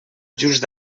just